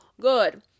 good